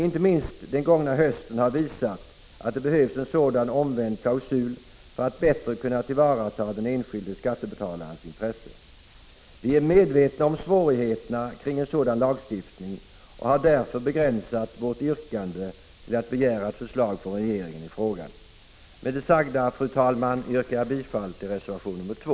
Inte minst den gångna hösten har visat att det behövs en sådan omvänd klausul för att bättre kunna tillvarata den enskilde skattebetalarens intresse. Vi är medvetna om svårigheterna kring en sådan lagstiftning och har därför begränsat vårt yrkande till att begära ett förslag från regeringen i frågan. Med det sagda, fru talman yrkar jag bifall till reservation nr 2.